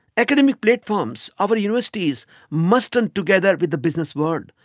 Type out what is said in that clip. academic platforms our universities must and together with the business world.